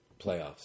playoffs